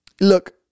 look